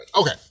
Okay